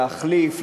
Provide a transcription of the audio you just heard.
להחליף,